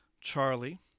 Charlie